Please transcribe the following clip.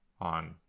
On